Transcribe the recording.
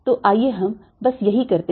तो आइए हम बस यही करते हैं